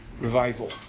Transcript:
revival